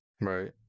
right